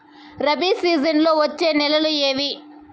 రబి సీజన్లలో వచ్చే నెలలు ఏవి?